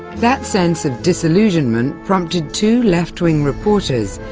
that sense of disillusionment prompted two left-wing reporters,